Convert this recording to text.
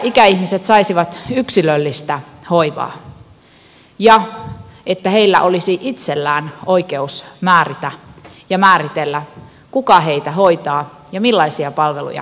että ikäihmiset saisivat yksilöllistä hoivaa ja että heillä olisi itsellään oikeus määrätä ja määritellä kuka heitä hoitaa ja millaisia palveluja he tarvitsevat